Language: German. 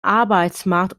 arbeitsmarkt